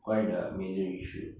quite uh major issue